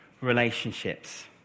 relationships